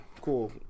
cool